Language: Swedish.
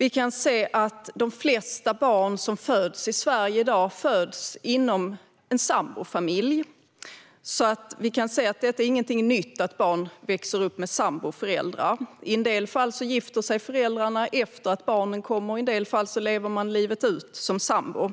Vi kan också se att de flesta barn som föds i Sverige i dag föds inom en sambofamilj, så det är ingenting nytt att barn växer upp med samboföräldrar. I en del fall gifter sig föräldrarna efter att barnen har kommit, och i en del fall lever de livet ut som sambo.